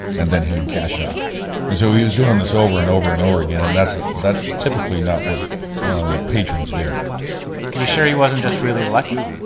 and then he would cash out. and so he was doing this over and over and over again. and that's and that's typically not what patrons do you sure he wasn't just really lucky?